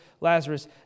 Lazarus